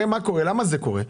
למה זה קורה?